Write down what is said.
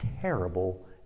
terrible